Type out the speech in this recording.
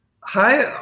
hi